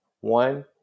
One